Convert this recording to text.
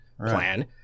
plan